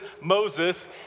Moses